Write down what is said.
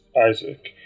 Isaac